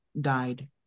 died